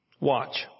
Watch